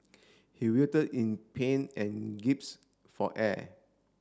he writhed in pain and for air